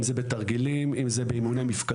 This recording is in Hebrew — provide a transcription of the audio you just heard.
אם זה בתרגילים, אם זה באימוני מפקדות.